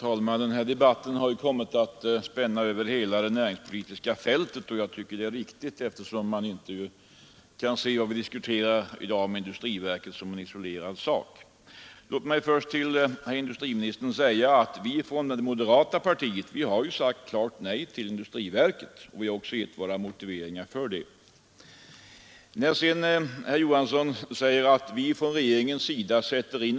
Vi från regeringens sida sätter in alla resurser för att ge arbete åt alla. Det låter mycket bra, men hurudan är verkligheten?